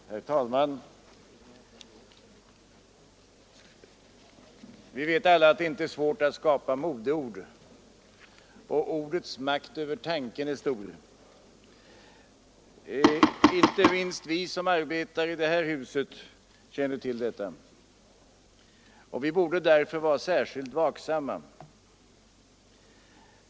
Herr talman! Vi vet alla att det inte är svårt att skapa modeord. Och ordets makt över tanken är stor. Inte minst vi som arbetar i det här huset känner till detta. Vi borde därför vara särskilt vaksamma.